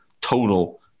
Total